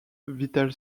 vital